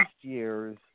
year's